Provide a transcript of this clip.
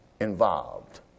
involved